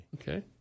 Okay